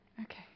Okay